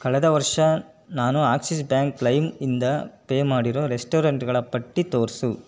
ಕಳೆದ ವರ್ಷ ನಾನು ಆಕ್ಸಿಸ್ ಬ್ಯಾಂಕ್ ಲೈಮ್ ಇಂದ ಪೇ ಮಾಡಿರೋ ರೆಸ್ಟೋರೆಂಟ್ಗಳ ಪಟ್ಟಿ ತೋರಿಸು